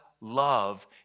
love